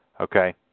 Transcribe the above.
Okay